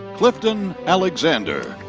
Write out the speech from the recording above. cliffton alexander.